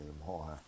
anymore